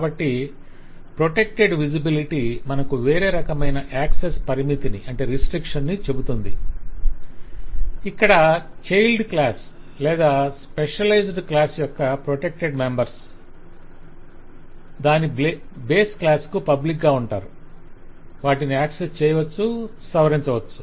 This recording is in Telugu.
కాబట్టి ప్రొటెక్టెడ్ విజిబిలిటీ మనకు వేరే రకమైన యాక్సెస్ పరిమితిని చెబుతుంది ఇక్కడ చైల్డ్ క్లాస్ లేదా స్పెషలైజుడ్ క్లాస్ యొక్క ప్రొటెక్టెడ్ మెంబర్స్ దాని బేస్ క్లాస్ కు పబ్లిక్ గా ఉంటారు వాటిని ఆక్సెస్ చేయవచ్చు సవరించవచ్చు